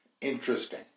interesting